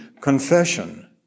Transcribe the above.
confession